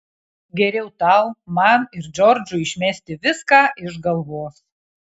geriau tau man ir džordžui išmesti viską iš galvos